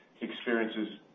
experiences